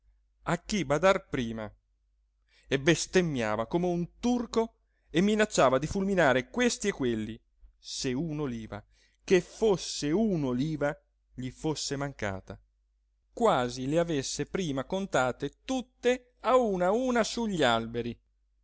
a chi badar prima e bestemmiava come un turco e minacciava di fulminare questi e quelli se un'oliva che fosse un'oliva gli fosse mancata quasi le avesse prima contate tutte a una a una sugli alberi